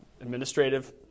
administrative